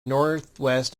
northwest